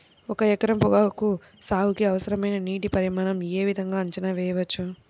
ఒక ఎకరం పొగాకు సాగుకి అవసరమైన నీటి పరిమాణం యే విధంగా అంచనా వేయవచ్చు?